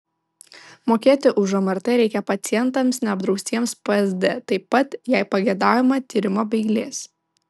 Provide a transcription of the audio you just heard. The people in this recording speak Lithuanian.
mokėti už mrt reikia pacientams neapdraustiems psd taip pat jei pageidaujama tyrimo be eilės